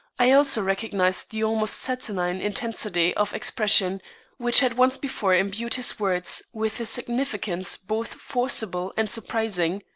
i also recognized the almost saturnine intensity of expression which had once before imbued his words with a significance both forcible and surprising.